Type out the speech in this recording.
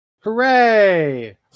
Hooray